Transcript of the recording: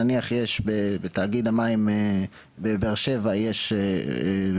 נניח יש בתאגיד המים בבאר שבע יש אזור